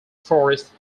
forests